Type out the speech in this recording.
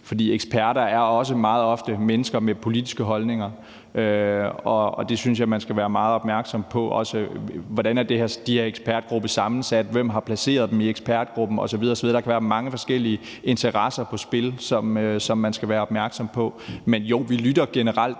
for eksperter er også meget ofte mennesker med politiske holdninger, og det synes jeg man skal være meget opmærksom på – også i forhold til hvordan ekspertgruppen er sammensat, hvem der har placeret dem i ekspertgruppen osv. osv. Der kan være mange forskellige interesser på spil, som man skal være opmærksom på. Men jo, vi lytter generelt